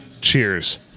Cheers